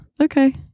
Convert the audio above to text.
Okay